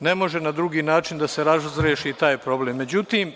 ne može na drugi način da se razreši taj problem.Međutim,